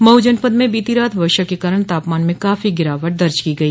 मऊ जनपद में बीती रात वर्षा के कारण तापमान में काफी गिरावट दर्ज की गई